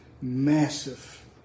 massive